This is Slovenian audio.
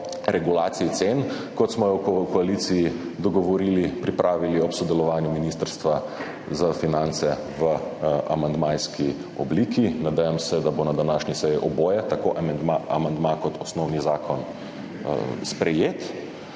regulaciji cen, kot smo jo v koaliciji dogovorili, pripravili ob sodelovanju z Ministrstvom za finance v amandmajski obliki. Nadejam se, da bo na današnji seji oboje, tako amandma kot osnovni zakon, sprejeto.